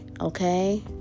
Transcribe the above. Okay